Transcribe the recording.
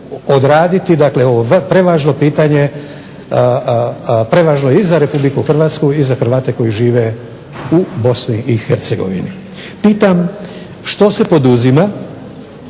odraditi ovo prevažno pitanje, prevažno i za Republiku Hrvatsku i za Hrvate koji žive u Bosni i Hercegovini. Pitam što se poduzima